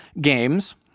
games